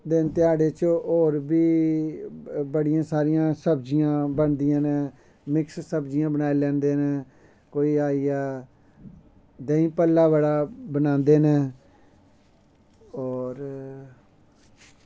दिन ध्याड़े च होर बी बड़ियां सारियां सब्जियां बनदियां नै मिक्स सब्जियां बनाई लैंदे नै कोई आईया देहीं भल्ला बड़ा बनांदे नै होर